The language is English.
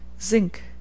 Zinc